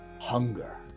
hunger